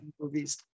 movies